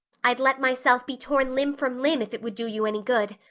i'd let myself be torn limb from limb if it would do you any good.